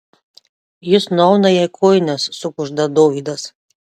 jis nuauna jai kojines sukužda dovydas